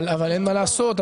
אבל אין מה לעשות.